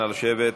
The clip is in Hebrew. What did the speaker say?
אנא לשבת.